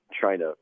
China